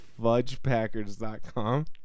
fudgepackers.com